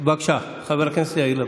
בבקשה, חבר הכנסת יאיר לפיד.